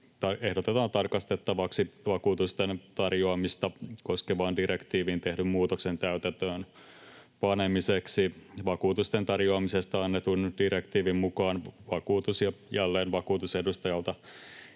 ehdotetaan tarkistettavaksi vakuutusten tarjoamista koskevaan direktiiviin tehdyn muutoksen täytäntöön panemiseksi. Vakuutusten tarjoamisesta annetun direktiivin mukaan vakuutus- ja jälleenvakuutusedustajalta